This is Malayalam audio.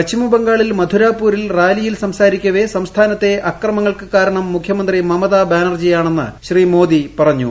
പശ്ചിമബംഗാളിൽ മഥുരാപൂരിൽ റാലിയിൽ സംസാരിക്കവേ സംസ്ഥാനത്തെ അക്രമങ്ങൾക്ക് കാരണം മുഖ്യമന്ത്രി മമതാ ബാനർജിയാണെന്ന് ശ്രീ മോദി പറഞ്ഞു